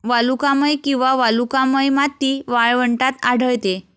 वालुकामय किंवा वालुकामय माती वाळवंटात आढळते